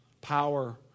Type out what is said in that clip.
power